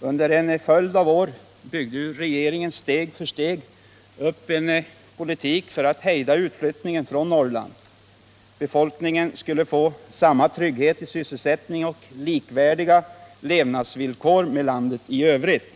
Under en följd av år byggde regeringen steg för steg upp en politik för att hejda utflyttningen från Norrland. Befolkningen skulle få samma trygghet i sysselsättningen och likvärdiga levnadsvillkor med befolkningen i landet i övrigt.